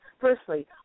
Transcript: Firstly